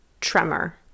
tremor